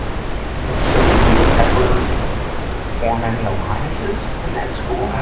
so, did you ever form any alliances in that school?